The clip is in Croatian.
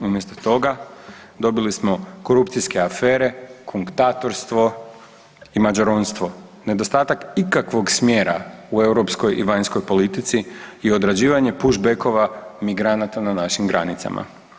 Umjesto toga, dobili smo korupcijske afere, konkatorstvo i mađaronstvo, nedostatak ikakvog smjera u europskoj i vanjskoj politici i odrađivanje push backova migranata na našim granicama.